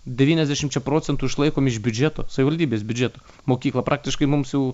devyniasdešimčia procentų išlaikom iš biudžeto savivaldybės biudžeto mokyklą praktiškai mums jau